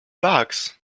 bags